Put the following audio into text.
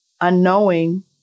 unknowing